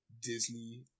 Disney